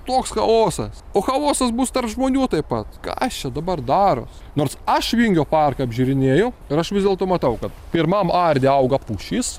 toks chaosas o chaosas bus tarp žmonių taip pat kas čia dabar daros nors aš vingio parką apžiūrinėju ir aš vis dėlto matau kad pirmam arde auga pušis